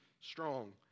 strong